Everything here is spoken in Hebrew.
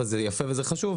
וזה יפה וזה חשוב,